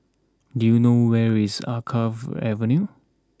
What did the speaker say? do you know where is Alkaff Avenue